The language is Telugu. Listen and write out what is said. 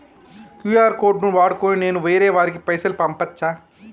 క్యూ.ఆర్ కోడ్ ను వాడుకొని నేను వేరే వారికి పైసలు పంపచ్చా?